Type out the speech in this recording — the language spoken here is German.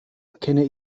kenne